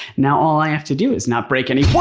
now all i have to do is not break any